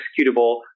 executable